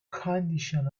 condition